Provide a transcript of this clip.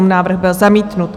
Návrh byl zamítnut.